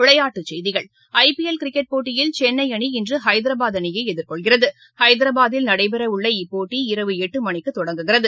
விளையாட்டுச் செய்திகள் IPL cricket போட்டியில் சென்னை அணி இன்று ஐதராபாத் அணியை எதிர்கொள்கிறது ஐதராபாத்தில் நடைபெற உள்ள இப்போட்டி இரவு எட்டு மணிக்கு தொடங்குகிறது